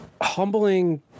humbling